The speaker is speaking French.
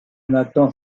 nathan